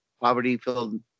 poverty-filled